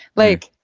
like,